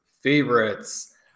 favorites